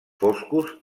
foscos